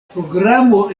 programo